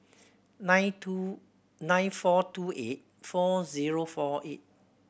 nine two nine four two eight four zero four eight